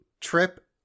trip